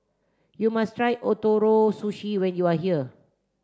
you must try Ootoro Sushi when you are here